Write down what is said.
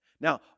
Now